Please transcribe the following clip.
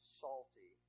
salty